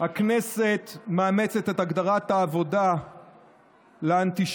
הכנסת מאמצת את הגדרת העבודה לאנטישמיות